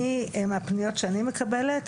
מהפניות שאני מקבלת,